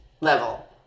level